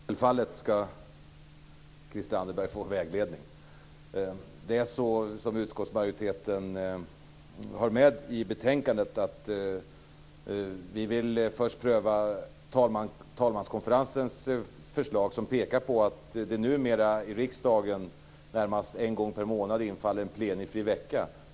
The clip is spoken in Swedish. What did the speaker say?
Fru talman! Självfallet skall Christel Anderberg få vägledning. Det framgår av betänkandet att utskottsmajoriteten först vill pröva talmanskonferensens förslag som pekar på att det numera i riksdagen infaller närmast en gång per månad en plenifri vecka.